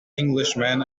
englishman